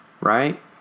right